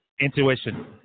intuition